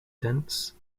dense